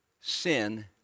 sin